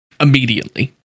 immediately